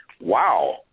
wow